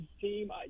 team